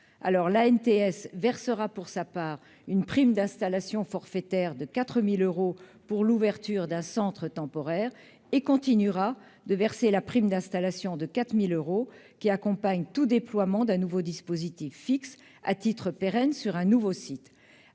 (ANTS) versera pour sa part une prime d'installation forfaitaire de 4 000 euros pour l'ouverture d'un centre temporaire et continuera de verser la prime d'installation de 4 000 euros qui accompagne tout déploiement d'un nouveau dispositif fixe à titre pérenne dans un nouveau site.